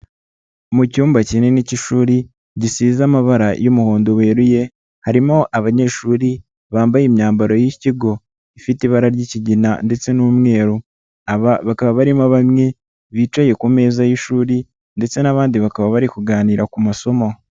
Mu cyumba kinini cy'ishuri gisize amabara y'umuhondo weruye, harimo abanyeshuri bambaye imyambaro y'ikigo, ifite ibara ry'ikigina ndetse n'umweru, aba bakaba barimo bamwe bicaye ku meza y'ishuri ndetse n'abandi bakaba bari kuganira ku masomo.